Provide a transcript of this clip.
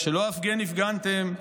"שלא הפגן הפגנתם,